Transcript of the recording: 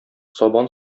сабан